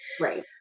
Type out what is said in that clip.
right